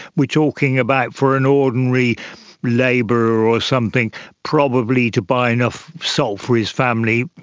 we are talking about for an ordinary labourer or or something probably to buy enough salt for his family,